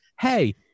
Hey